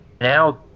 Now